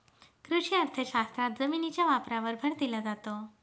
कृषी अर्थशास्त्रात जमिनीच्या वापरावर भर दिला जातो